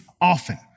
often